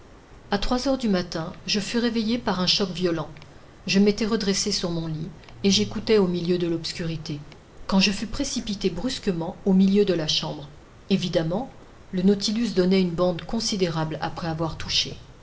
a trois heures du matin je fus réveillé par un choc violent je m'étais redressé sur mon lit et j'écoutais au milieu de l'obscurité quand je fus précipité brusquement au milieu de la chambre évidemment le nautilus donnait une bande considérable après avoir touché